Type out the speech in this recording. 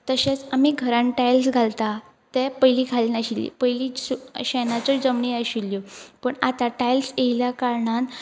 तशेंच आमी घरान टायल्स घालता ते पयलीं घालनाशिल्ली पयलीं शेनाच्यो जमनी आशिल्ल्यो पूण आतां टायल्स येयल्या कारणान